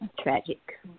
tragic